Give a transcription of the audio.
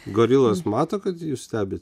gorilos mato kad jūs stebit